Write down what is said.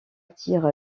tir